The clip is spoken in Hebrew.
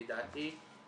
לדעתי,